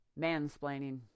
Mansplaining